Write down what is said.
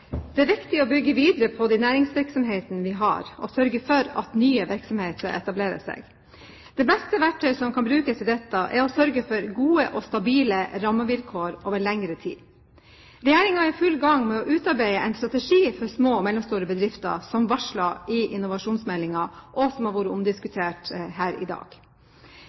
Det er viktig å bygge videre på de næringsvirksomhetene vi har, og sørge for at nye virksomheter etablerer seg. Det beste verktøy som kan brukes til dette, er å sørge for gode og stabile rammevilkår over lengre tid. Regjeringen er i full gang med å utarbeide en strategi for små og mellomstore bedrifter, som varslet i innovasjonsmeldingen, og som har vært diskutert her i dag.